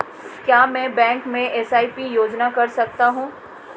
क्या मैं बैंक में एस.आई.पी योजना कर सकता हूँ?